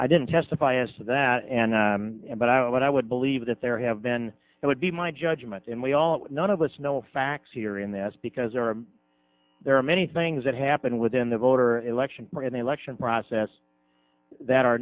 i didn't testify as to that and but i would believe that there have been it would be my judgment and we all none of us know facts here in this because there are there are many things that happen within the voter election or in the election process that are